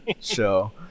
show